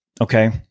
okay